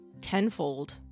tenfold